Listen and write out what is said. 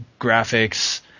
graphics